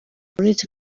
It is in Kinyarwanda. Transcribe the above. uretse